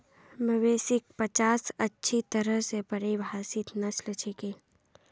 मवेशिक पचास अच्छी तरह स परिभाषित नस्ल छिके